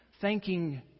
thanking